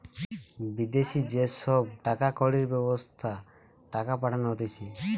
বিদেশি যে সব টাকা কড়ির ব্যবস্থা টাকা পাঠানো হতিছে